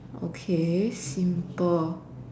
okay simple